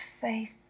faith